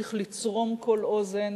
צריך לצרום כל אוזן